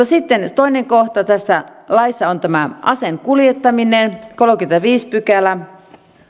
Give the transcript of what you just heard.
sitten toinen kohta tässä laissa on tämä aseen kuljettaminen kolmaskymmenesviides pykälä